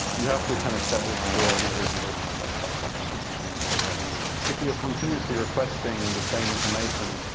you have to kind of set this to a more reasonable time, like five seconds or something, instead of one hundred. if you're continuously requesting the same information,